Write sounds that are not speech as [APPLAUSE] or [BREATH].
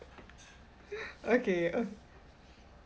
[BREATH] okay uh